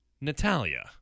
Natalia